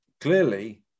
clearly